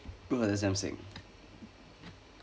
bro that's damn sick